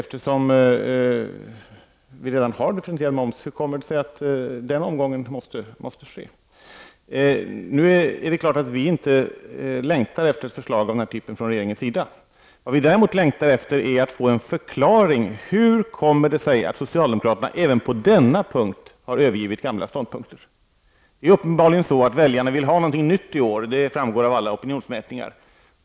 Hur kommer det sig att den omgången behövs, när vi redan har differentierad moms? Det är klart att vi inte längtar efter ett förslag av den här typen från regeringens sida. Vad vi däremot längtar efter är att få en förklaring till hur det kommer sig att socialdemokraterna även på denna punkt har övergivit gamla ståndpunkter. Det är uppenbarligen så att väljarna vill ha någonting nytt i år -- det framgår av alla opinionsmätningar.